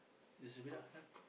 that's a bit ah yup